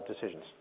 decisions